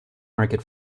market